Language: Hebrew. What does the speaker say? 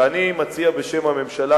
ואני מציע בשם הממשלה,